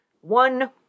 One